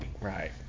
Right